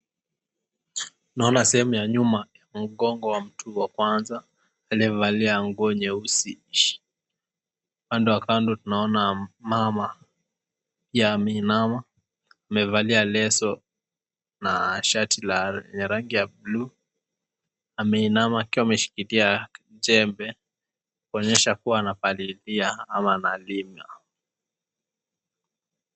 Naona sehemu ya nyuma mgongo wa mtu wa kwanza aliyevalia nguo nyeusi. Upande wa kando tunaona mama akiwa ameinama amevalia leso na shati la rangi ya blu, ameinama akiwa ameshikilia jembe kuonyesha kuwa anapalilia ama analima.